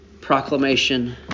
proclamation